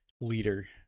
leader